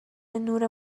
نور